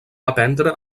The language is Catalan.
aprendre